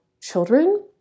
children